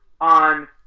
on